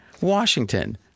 Washington